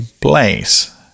place